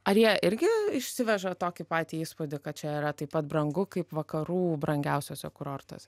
ar jie irgi išsiveža tokį patį įspūdį kad čia yra taip pat brangu kaip vakarų brangiausiuose kurortuose